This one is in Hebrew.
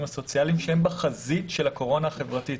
הסוציאליים שהם בחזית של הקורונה החברתית.